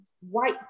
white